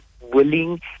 willing